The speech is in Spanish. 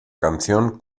canción